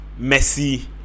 Messi